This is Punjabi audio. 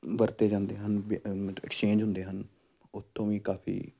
ਵਰਤੇ ਜਾਂਦੇ ਹਨ ਐਕਸਚੇਂਜ ਹੁੰਦੇ ਹਨ ਉਹ ਤੋਂ ਵੀ ਕਾਫ਼ੀ